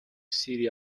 city